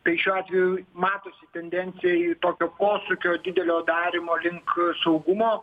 tai šiuo atveju matosi tendencija į tokio posūkio didelio darymo link saugumo